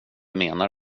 menar